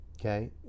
okay